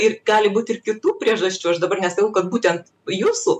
ir gali būt ir kitų priežasčių aš dabar nesakau kad būtent jūsų